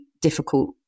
difficult